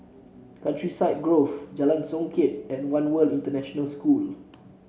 Countryside Grove Jalan Songket and One World International School